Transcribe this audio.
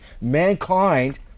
Mankind